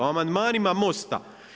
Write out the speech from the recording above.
O amandmanima MOST-a.